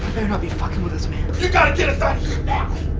not be fucking with us you gotta get us outta here now!